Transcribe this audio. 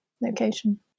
location